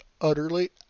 utterly